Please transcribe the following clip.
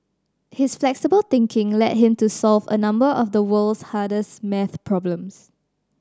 his flexible thinking led him to solve a number of the world's hardest maths problems